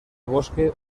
bosque